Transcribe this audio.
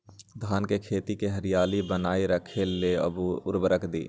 धान के खेती की हरियाली बनाय रख लेल उवर्रक दी?